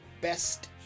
Best